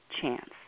chance